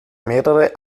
mehrere